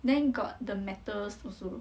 then got the metals also